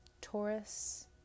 Taurus